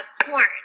porn